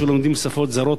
שכשלומדים שפות זרות,